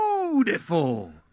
beautiful